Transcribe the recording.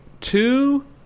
two